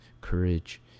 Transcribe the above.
courage